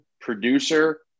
producer